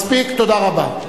מספיק, תודה רבה.